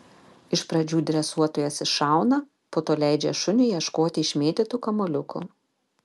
iš pradžių dresuotojas iššauna po to leidžia šuniui ieškoti išmėtytų kamuoliukų